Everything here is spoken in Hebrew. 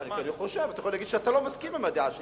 אתה יכול להגיד שאתה לא מסכים עם הדעה שלי.